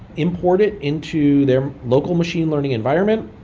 import it into their local machine learning environment,